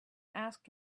asked